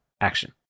Action